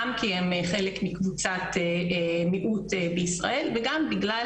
גם כי הן חלק מקבוצת מיעוט בישראל וגם בגלל